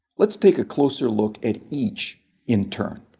let's take a closer look at each in turn.